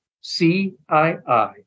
C-I-I